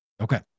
Okay